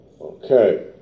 Okay